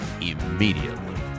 immediately